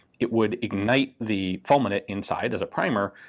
it would ignite the fulminate inside as a primer,